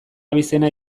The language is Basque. abizena